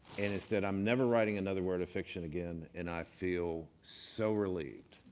and said, i'm never writing another word of fiction again and i feel so relieved